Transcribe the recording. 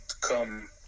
come